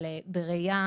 בבקשה,